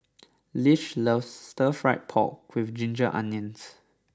Lish loves Stir Fry Pork with Ginger Onions